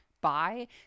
buy